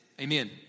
Amen